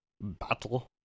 Battle